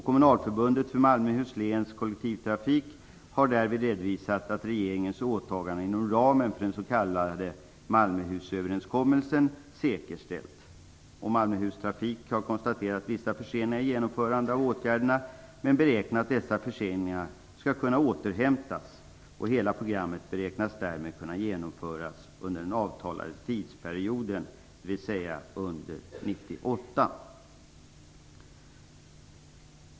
Kommunalförbundet för Malmöhus läns kollektivtrafik har därmed redovisat att regeringens åtagande inom ramen för den s.k. Malmöhusöverenskommelsen är säkerställt. Malmöhus trafik har konstaterat vissa förseningar vid genomförandet av åtgärderna, men man beräknar att dessa förseningar skall kunna återhämtas. Hela programmet beräknas därmed kunna genomföras under den avtalade tidsperioden, dvs. under 1998.